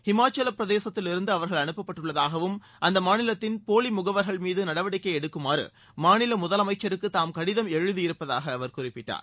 ஹிமாச்சலப்பிரதேசத்திலிருந்து அவர்கள் அனுப்பப்பட்டுள்ளதாகவும் அந்த மாநிலத்தின் போலி முகவர்கள் மீது நடவடிக்கை எடுக்குமாறு மாநில முதலமைச்சருக்கு தாம் கடிதம் எழுதியிருப்பதாக அவர் குறிப்பிட்டார்